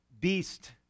beast